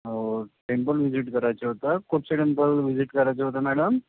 अहो temple visit करायचं होतं कोठचं टेम्पल विजिट करायचं होतं मॅडम